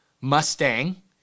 Mustang